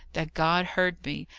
that god heard me,